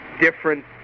different